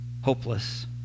hopeless